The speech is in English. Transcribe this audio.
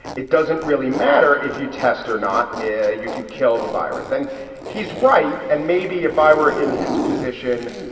it doesn't really matter if you test or not. you you could kill the virus. and he's right. and maybe if i were in his position,